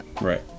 right